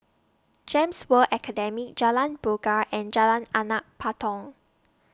Gems World Academy Jalan Bangau and Jalan Anak Patong